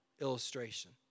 illustration